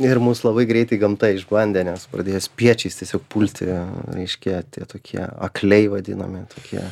ir mus labai greitai gamta išbandė nes pradėjo spiečiais tiesiog pulti reiškia tie tokie akliai vadinami tie tokie